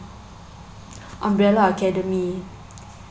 umbrella academy